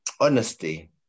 honesty